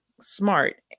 smart